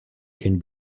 can